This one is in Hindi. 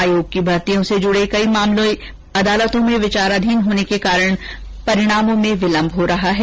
आयोग की भर्तियों से जुड़े कई मामले अदालतों में विचाराधीन होने के कारण परिणामों में विलम्ब हो रहा है